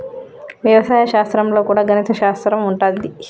వ్యవసాయ శాస్త్రం లో కూడా గణిత శాస్త్రం ఉంటది